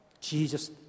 Jesus